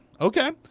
Okay